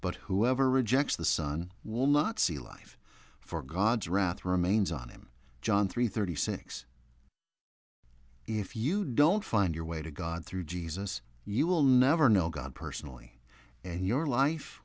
but whoever rejects the son will not see life for god's wrath remains on him john three thirty six if you don't find your way to god through jesus you will never know god personally and your life